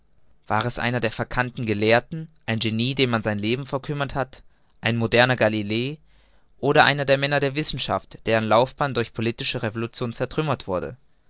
war es einer der verkannten gelehrten ein genie dem man sein leben verkümmert hat ein moderner galilei oder einer der männer der wissenschaft deren laufbahn durch politische revolutionen zertrümmert wurde